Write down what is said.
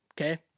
Okay